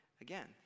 again